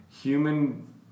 human